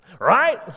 Right